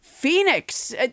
phoenix